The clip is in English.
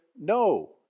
no